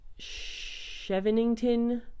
Chevenington